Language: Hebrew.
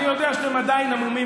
אני יודע שאתם עדיין המומים,